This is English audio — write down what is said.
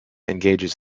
engages